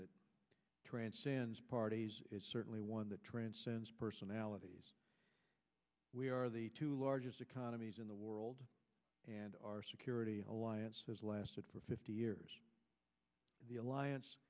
that transcends party certainly one that transcends personalities we are the two largest economies in the world and our security alliance has lasted for fifty years the alliance